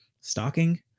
stalking